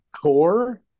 core